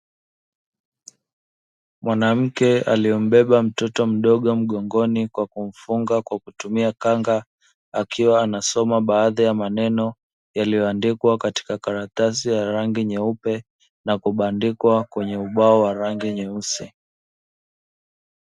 Mwanamke aliyembeba mtoto mdogo mgongoni kwa kumfunga kwa kutumia kanga. Akiwa anasoma baadhi ya maneno yaliyoandikwa katika karatasi ya rangi nyeupe na kubandikwa kwenye ubao wa rangi nyeusi.